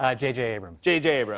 ah j j. abrams. j j. but